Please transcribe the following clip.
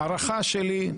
ההערכה שלי,